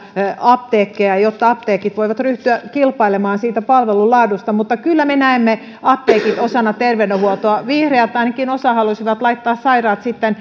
apteekkeja jotta apteekit voivat ryhtyä kilpailemaan palvelun laadusta kyllä me näemme apteekit osana terveydenhuoltoa vihreät ainakin osa haluaisivat laittaa sairaat